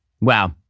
Wow